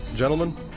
Gentlemen